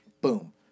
Boom